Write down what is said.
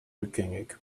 rückgängig